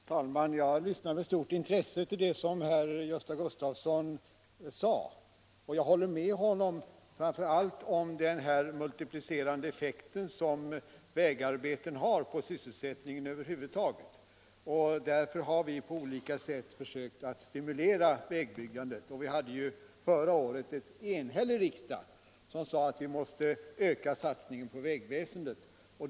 Herr talman! Jag lyssnade med stort intresse på vad Gösta Gustafsson i Göteborg sade och håller med honom, framför allt beträffande den multiplicerande effekten som vägarbeten har på sysselsättningen över huvud taget. Därför har vi på olika sätt försökt stimulera vägbyggandet, och förra året ansåg ju en enhällig riksdag att vi måste öka satsningen på vägväsendet.